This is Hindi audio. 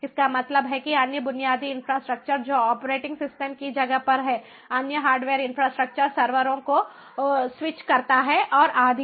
इसका मतलब है कि अन्य बुनियादी इंफ्रास्ट्रक्चर जो ऑपरेटिंग सिस्टम की जगह पर है अन्य हार्डवेयर इन्फ्रास्ट्रक्चर सर्वरों को स्विच करता है और आदि